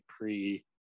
pre